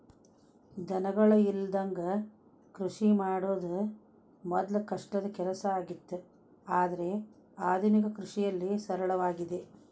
ದನಗಳ ಇಲ್ಲದಂಗ ಕೃಷಿ ಮಾಡುದ ಮೊದ್ಲು ಕಷ್ಟದ ಕೆಲಸ ಆಗಿತ್ತು ಆದ್ರೆ ಆದುನಿಕ ಕೃಷಿಯಲ್ಲಿ ಸರಳವಾಗಿದೆ